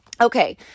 Okay